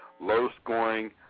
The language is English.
low-scoring